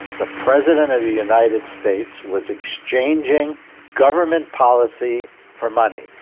the president of the united states was exchanging government policy for money.